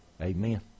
Amen